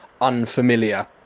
unfamiliar